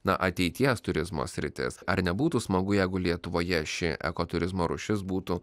na ateities turizmo sritis ar nebūtų smagu jeigu lietuvoje ši ekoturizmo rūšis būtų